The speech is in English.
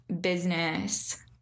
business